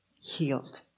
Healed